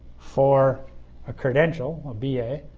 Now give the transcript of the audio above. for a credential, a b. a,